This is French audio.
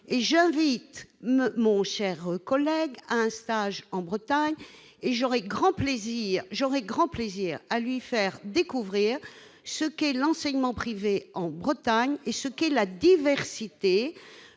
J'invite donc mon collègue à un stage en Bretagne. J'aurai grand plaisir à lui faire découvrir ce qu'est l'enseignement privé sur notre territoire et ce qu'est la diversité